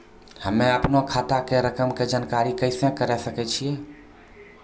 हम्मे अपनो खाता के रकम के जानकारी कैसे करे सकय छियै?